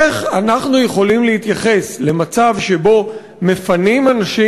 איך אנחנו יכולים להתייחס למצב שבו מפנים אנשים